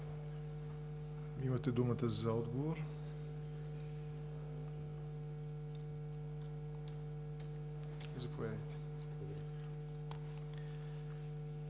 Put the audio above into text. имате думата за отговор. Заповядайте.